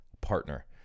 partner